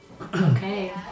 Okay